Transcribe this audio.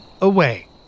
away